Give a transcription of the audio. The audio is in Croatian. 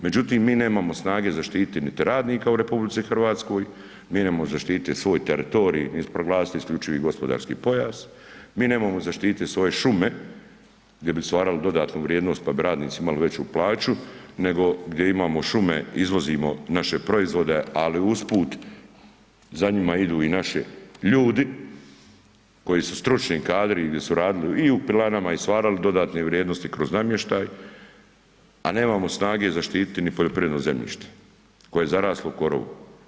Međutim, mi nemamo snage zaštiti niti radnika u RH, mi nemamo zaštiti svoj teritorij niti proglasiti isključivi gospodarski pojas, mi nemamo zaštiti svoje šume gdje bi stvarali dodatnu vrijednost pa bi radnici imali veću plaću nego gdje imamo šume, izvozimo naše proizvode ali usput za njima idu i naši ljudi koji su stručni kadri, gdje su radili i u pilanama i stvarali dodane vrijednosti kroz namještaj a nemamo snage zaštiti niti poljoprivredno zemljište koje je zaraslo u korovu.